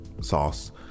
sauce